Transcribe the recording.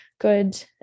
good